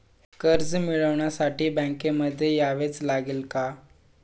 कर्ज मिळवण्यासाठी बँकेमध्ये यावेच लागेल का?